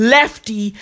Lefty